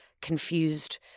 confused